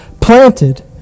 planted